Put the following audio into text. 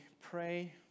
pray